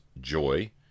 joy